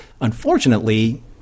Unfortunately